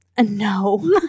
No